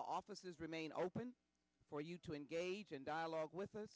offices remain open for you to engage in dialogue with us